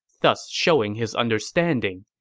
thus showing his understanding.